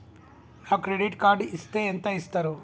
నాకు credit card ఇస్తే ఎంత ఇస్తరు?